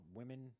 women